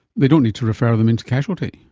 they don't need to refer them in to casualty.